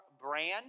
Brand